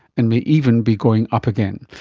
and may even be going up again.